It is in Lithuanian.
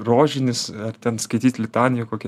rožinis ar ten skaityt litaniją kokią